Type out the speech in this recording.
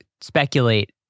speculate